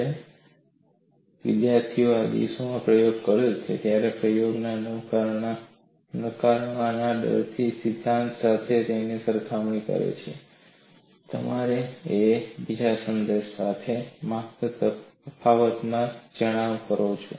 જ્યારે વિદ્યાર્થીઓ આ દિવસોમાં પ્રયોગો કરે છે અને પ્રયોગ નકારવાના ડરથી સિદ્ધાંત સાથે તેની સરખામણી કરે છે ત્યારે તેઓ બીજા દશાંશ સ્થાને માત્ર તફાવતની જાણ કરે છે